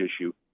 issue